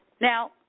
Now